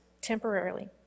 temporarily